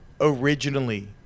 originally